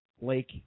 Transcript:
Lake